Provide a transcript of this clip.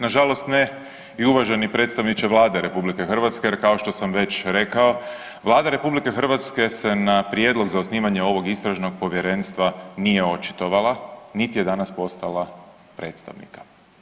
Nažalost ne i uvaženi predstavniče Vlade RH jer kao što sam već rekao, Vlada RH se na prijedlog za osnivanje ovog Istražnog povjerenstva nije očitovala niti je danas poslala predstavnika.